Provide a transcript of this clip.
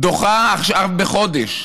דוחה בחודש